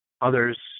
others